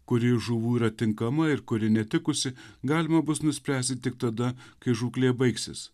kuri žuvų yra tinkama ir kuri netikusi galima bus nuspręsti tik tada kai žūklė baigsis